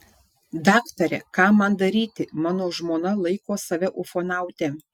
daktare ką man daryti mano žmona laiko save ufonaute